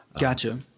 Gotcha